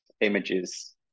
images